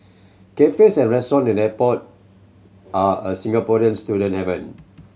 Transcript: cafes and restaurant in airport are a Singaporean student haven